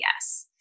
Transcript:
yes